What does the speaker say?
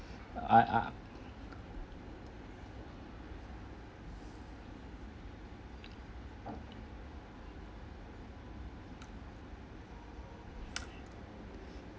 I ah